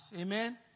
Amen